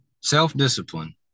Self-discipline